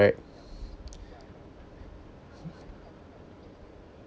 correct